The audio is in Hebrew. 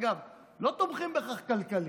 אגב, לא תומכים בהכרח כלכלית,